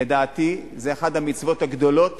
לדעתי זאת אחת המצוות הגדולות